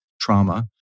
trauma